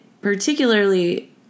particularly